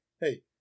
Hey